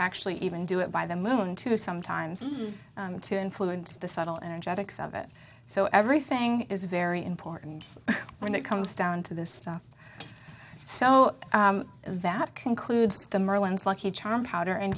actually even do it by the moon too sometimes to influence the subtle energetics of it so everything is very important when it comes down to this stuff so that concludes the merlins lucky charm powder and